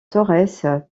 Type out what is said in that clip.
torres